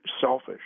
selfish